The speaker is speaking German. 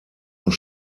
und